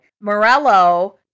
Morello